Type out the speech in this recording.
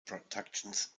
productions